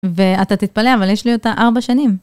ואתה תתפלא, אבל יש לי אותה ארבע שנים.